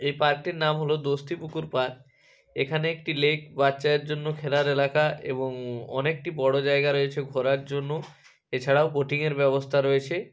এই পার্কটির নাম হলো দোস্তিপুকুর পার্ক এখানে একটি লেক বাচ্চাদের জন্য খেলার এলাকা এবং অনেকটি বড়ো জায়গা রয়েছে ঘোরার জন্য এছাড়াও বোটিংয়ের ব্যবস্থা রয়েছে